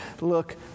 look